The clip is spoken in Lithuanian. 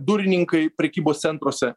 durininkai prekybos centruose